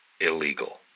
illegal